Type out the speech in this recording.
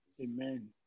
Amen